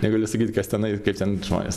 negaliu sakyt kas tenai ir kaip ten žmonės